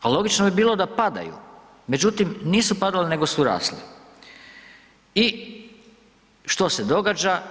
Logično bi bilo da padaju, međutim, nisu padale nego su rasle i što se događa?